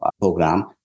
program